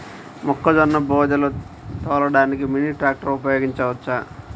మొక్కజొన్న బోదెలు తోలడానికి మినీ ట్రాక్టర్ ఉపయోగించవచ్చా?